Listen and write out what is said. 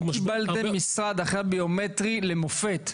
--- קיבלתם משרד אחרי הביומטרי למופת.